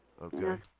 Okay